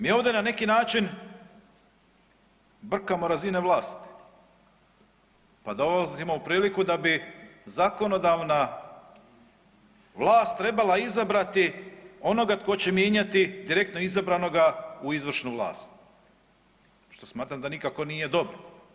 Mi ovdje na neki način brkamo razine vlasti, pa dolazimo u priliku da bi zakonodavna vlast trebala izabrati onoga tko će mijenjati direktno izabranoga u izvršnu vlast, što smatram da nikako nije dobro.